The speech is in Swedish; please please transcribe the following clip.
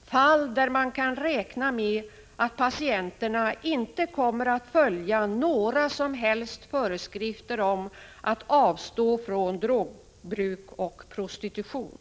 och fall där man kan räkna med att patienterna inte kommer att följa några som helst föreskrifter om att avstå från drogbruk och prostitution.